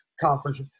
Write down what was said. conference